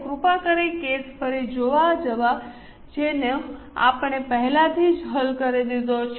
કૃપા કરી કેસફરી જોઈ જવા જેનો આપણે પહેલાથી હલ કરી દીધો છે